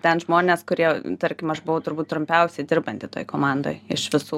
ten žmonės kurie tarkim aš buvau turbūt trumpiausiai dirbanti toj komandoj iš visų